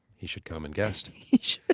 he should come and guest. he should.